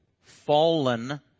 fallen